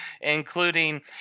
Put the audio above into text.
including